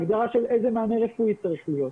הגדרה של איזה מענה רפואי צריך להיות,